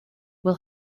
will